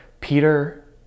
Peter